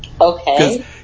Okay